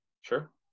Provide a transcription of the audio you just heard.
sure